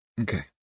Okay